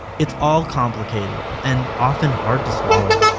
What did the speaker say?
it's all complicated, and often hard to swallow.